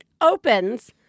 opens